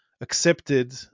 accepted